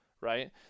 right